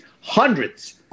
hundreds